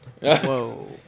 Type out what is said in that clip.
Whoa